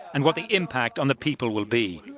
and what the impact on the people will be.